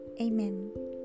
Amen